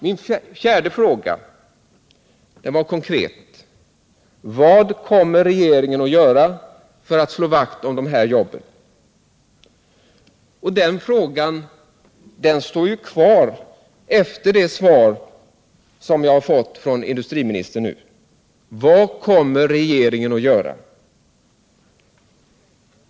Min fjärde fråga var konkret: ”Vad kommer regeringen att göra för att slå vakt om arbetsplatserna vid NK/Åhléns ekonomidrift i Göteborg mot bakgrund av industriministerns uttalande i riksdagen den 12 april?” Den frågan står kvar efter att jag nu har fått svar från industriministern. Vad kommer regeringen att göra?